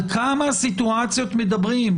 על כמה סיטואציות מדברים?